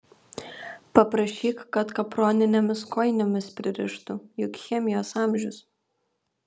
paprašyk kad kaproninėmis kojinėmis pririštų juk chemijos amžius